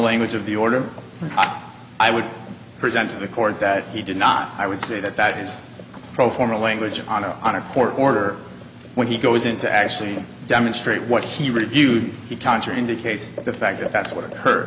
language of the order i would present to the court that he did not i would say that that is pro forma language on a on a court order when he goes into actually demonstrate what he reviewed the contra indicates the fact that that's what